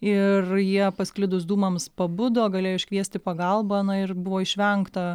ir jie pasklidus dūmams pabudo galėjo iškviesti pagalbą na ir buvo išvengta